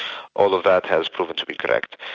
although that has proven to be correct.